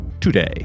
today